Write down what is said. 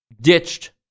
ditched